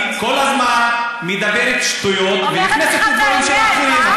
היא כל הזמן מדברת שטויות, אומרת לך את האמת, הא?